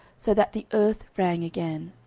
so that the earth rang again.